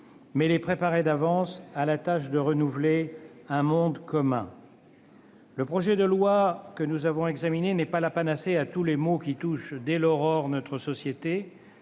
mais les préparer à la tâche de renouveler un monde commun. » Le projet de loi que nous avons examiné n'est pas la panacée à tous les maux qui touchent, dès l'aurore, notre société.